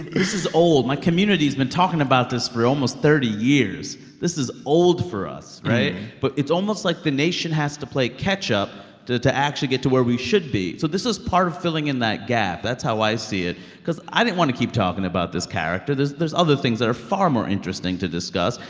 this is old. my community's been talking about this for almost thirty years. this is old for us. right? but it's almost like the nation has to play catch-up to to actually get to where we should be. so this is part of filling in that gap. that's how i see it because i didn't want to keep talking about this character. there's there's other things that are far more interesting to discuss.